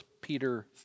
Peter